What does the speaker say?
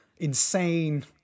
insane